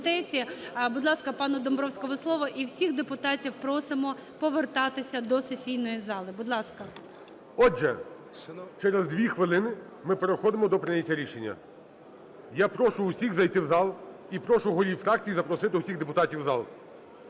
Отже, через 2 хвилини ми переходимо до прийняття рішення. Я прошу усіх зайти в зал і прошу голів фракцій запросити усіх депутатів в зал.